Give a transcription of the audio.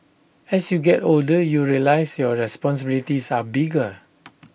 as you get older you realise your responsibilities are bigger